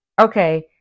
Okay